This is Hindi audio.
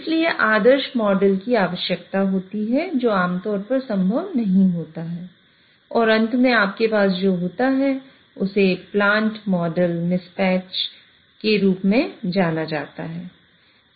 इसलिए आदर्श मॉडल की आवश्यकता होती है जो आमतौर पर संभव नहीं होता है और अंत में आपके पास जो होता है उसे प्लांट मॉडल मिसमैच के रूप में जाना जाता है